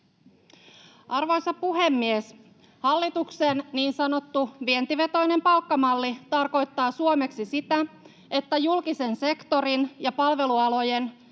Arvoisa puhemies! Hallituksen niin sanottu vientivetoinen palkkamalli tarkoittaa suomeksi sitä, että julkisen sektorin ja palvelualojen